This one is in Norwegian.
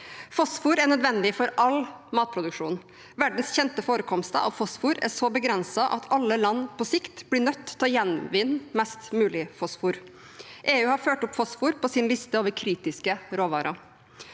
Fosfor er nødvendig for all matproduksjon. Verdens kjente forekomster av fosfor er så begrenset at alle land på sikt blir nødt til å gjenvinne mest mulig fosfor. EU har ført opp fosfor på sin liste over kritiske råvarer.